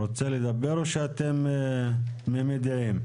רוצה לדבר או שאתם תמימי דעים?